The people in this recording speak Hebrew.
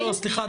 סליחה,